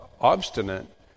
obstinate